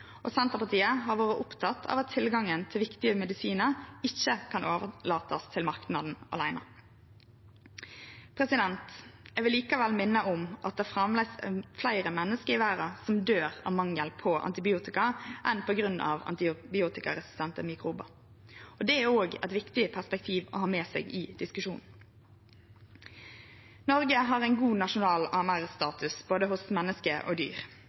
og Senterpartiet har vore opptekne av at tilgangen til viktige medisinar ikkje kan verte overlaten til marknaden aleine. Eg vil likevel minne om at det framleis er fleire menneske i verda som døyr av mangel på antibiotika enn på grunn av antibiotikaresistente mikrobar. Det er òg eit viktig perspektiv å ha med seg i diskusjonen. Noreg har ein god nasjonal AMR-status hos både menneskje og dyr,